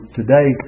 today